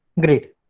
Great